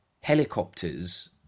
helicopters